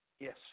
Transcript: Yes